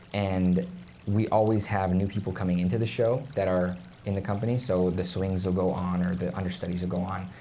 and we always have new people coming into the show that are in the company. so the swings will go on, or the understudies will go on.